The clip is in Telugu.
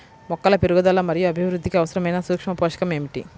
మొక్కల పెరుగుదల మరియు అభివృద్ధికి అవసరమైన సూక్ష్మ పోషకం ఏమిటి?